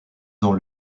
dans